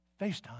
FaceTime